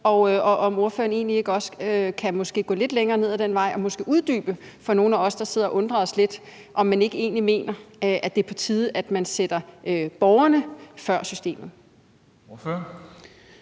og om ordføreren ikke også kan gå lidt længere ned ad den vej og måske uddybe for nogle af os, der sidder og undrer os lidt, om man egentlig ikke mener, at det er på tide, at man sætter borgerne før systemet.